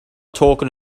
talking